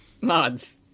Mods